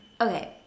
okay